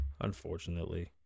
unfortunately